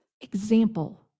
example